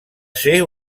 ser